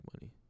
money